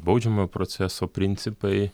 baudžiamojo proceso principai